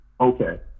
okay